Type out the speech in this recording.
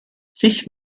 sich